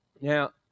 Now